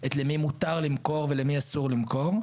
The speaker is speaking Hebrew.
את למי מותר למכור ולמי אסור למכור,